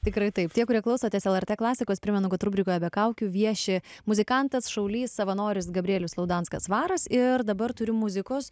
tikrai taip tie kurie klausotės lrt klasikos primenu kad rubrikoje be kaukių vieši muzikantas šaulys savanoris gabrielius liaudanskas svaras ir dabar turiu muzikos